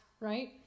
right